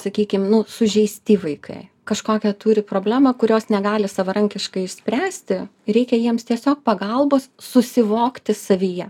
sakykim nu sužeisti vaikai kažkokią turi problemą kurios negali savarankiškai išspręsti ir reikia jiems tiesiog pagalbos susivokti savyje